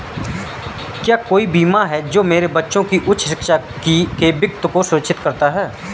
क्या कोई बीमा है जो मेरे बच्चों की उच्च शिक्षा के वित्त को सुरक्षित करता है?